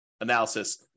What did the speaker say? analysis